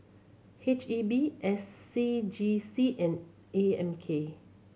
H E B S C G C and A M K